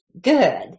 good